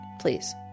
Please